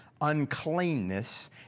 uncleanness